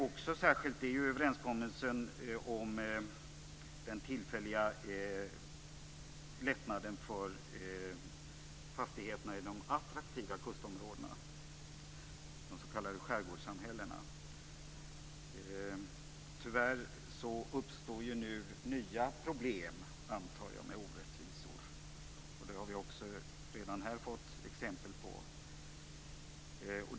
Det som särskilt gläder mig är överenskommelsen om den tillfälliga lättnaden för fastigheterna i de attraktiva kustområdena, de s.k. skärgårdssamhällena. Tyvärr uppstår nu nya problem med orättvisor, antar jag. Det har vi också här redan fått exempel på.